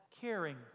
caring